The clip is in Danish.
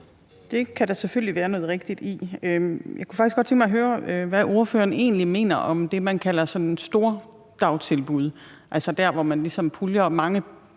Det kan der selvfølgelig være noget rigtigt i. Jeg kunne faktisk godt tænke mig at høre, hvad ordføreren egentlig mener om det, man kalder store dagtilbud, hvor man ligesom puljer mange